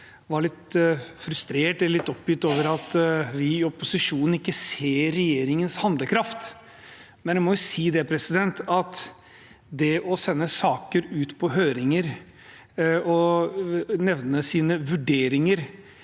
eller litt oppgitt, over at vi i opposisjonen ikke ser regjeringens handlekraft. Jeg må si at det å sende saker ut på høring og nevne sine vurderinger